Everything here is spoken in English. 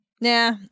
Nah